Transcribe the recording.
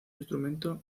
instrumento